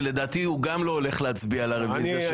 שלדעתי הוא גם לא הולך להצביע על הרביזיה שלו.